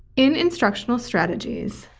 in instructional strategies,